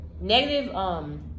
negative